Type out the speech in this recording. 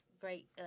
great